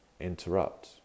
interrupt